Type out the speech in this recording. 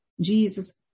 Jesus